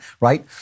right